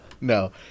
No